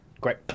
Great